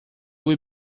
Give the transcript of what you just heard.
will